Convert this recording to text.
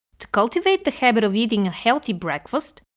to cultivate the habit of eating a healthy breakfast,